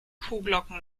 kuhglocken